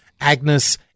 agnes